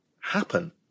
happen